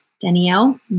Danielle